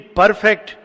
perfect